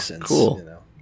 cool